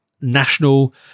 national